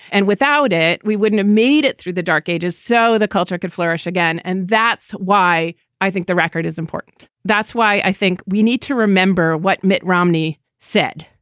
and without it, we wouldn't have made it through the dark ages so the culture could flourish again. and that's why i think the record is important. that's why i think we need to remember what mitt romney said,